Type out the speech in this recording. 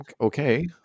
okay